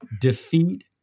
defeat